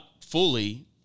fully